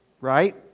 Right